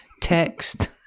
Text